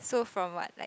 so from what like